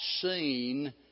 seen